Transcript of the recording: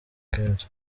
kenshi